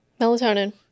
Melatonin